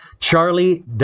Charlie